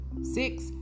Six